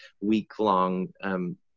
week-long